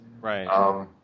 Right